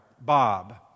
Bob